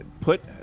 Put